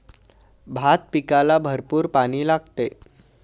भात पिकाला भरपूर पाणी लागते